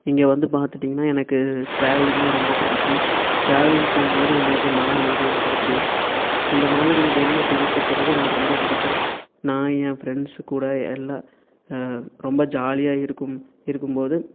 இங்கே வந்து பார்த்துட்டிங்கன்னா எனக்கு ட்ராவலிங்னால் ரொம்ப பிடிக்கும் ட்ராவலிங் போகும்போது எனக்கு மனஅமைதியை கொடுக்குது இந்தமாதிரி வெளியே ஊர் சுற்றுறது எனக்கு ரொம்ப பிடிக்கும் நான் என் ஃப்ரெண்ட்ஸு கூட எல்லாம் ரொம்ப ஜாலியாக இருக்கும் இருக்கும்போது